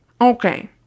Okay